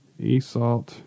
eSalt